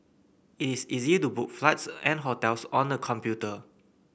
it is easy to book flights and hotels on the computer